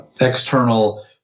external